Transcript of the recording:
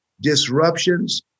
disruptions